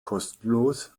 kostenlos